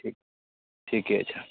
ठीक ठीके छऽ